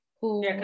who-